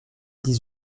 dix